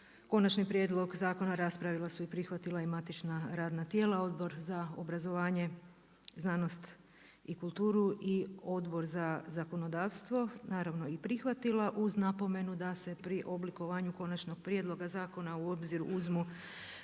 konačni prijedlog zakona raspravila su i prihvatila i matična radna tijela Odbor za obrazovanje, znanost i kulturu i Odbor za zakonodavstvo, naravno i prihvatila uz napomenu da se pri oblikovanju konačnog prijedloga zakona u obzir uzmu